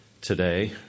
today